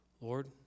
Lord